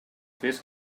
fes